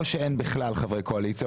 או שאין בכלל חברי קואליציה,